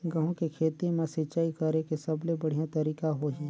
गंहू के खेती मां सिंचाई करेके सबले बढ़िया तरीका होही?